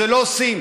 את זה לא עושים.